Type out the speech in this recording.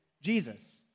Jesus